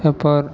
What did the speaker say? paper